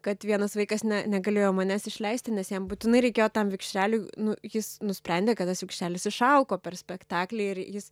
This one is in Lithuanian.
kad vienas vaikas ne negalėjo manęs išleisti nes jam būtinai reikėjo tam vikšreliui nu jis nusprendė kad tas vikšrelis išalko per spektaklį ir jis